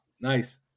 Nice